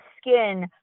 skin